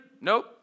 nope